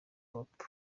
hop